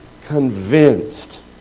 convinced